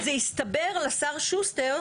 זה יסתבר לשר שוסטר,